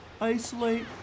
isolate